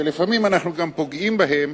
ולפעמים אנחנו גם פוגעים בהם